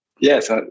Yes